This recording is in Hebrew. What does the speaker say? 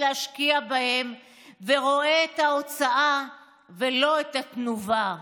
להשקיע בהם ורואה את ההוצאה ולא את התנובה.